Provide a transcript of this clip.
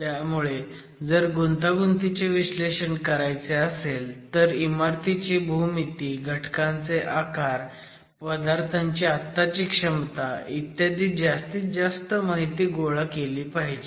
त्यामुळे जर गुंतागुंतीचे विश्लेषण करायचे असेल तर इमारतीची भूमिती घटकांचे आकार पदार्थांची आत्ताची क्षमता ई जास्तीत जास्त माहिती गोळा केली पाहिजे